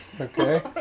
Okay